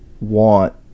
want